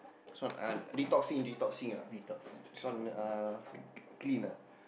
this one uh detoxing detoxing ah this one uh cl~ cl~ clean ah